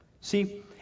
See